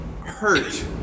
hurt